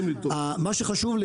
מה שחשוב לי,